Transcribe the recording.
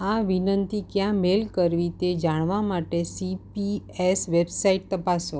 આ વિનંતી ક્યાં મેઇલ કરવી તે જાણવા માટે સી પી એસ વેબસાઇટ તપાસો